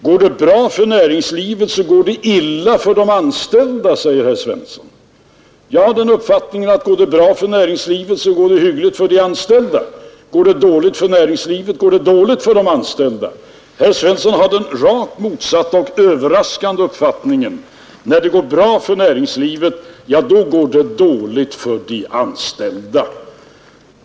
Går det bra för näringslivet, går det illa för de anställda, säger herr Svensson. Jag har däremot den uppfattningen, att om det går bra för näringslivet, så går det hyggligt också för de anställda, men om det går dåligt för näringslivet, går det också dåligt för de anställda. Herr Svensson har den rakt motsatta och överraskande uppfattningen: när det går bra för näringslivet, då går det dåligt för de anställda.